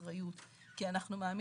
אחר כך יהיו